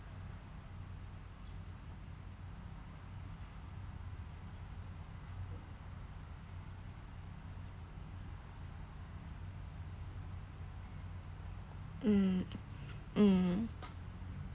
mm mm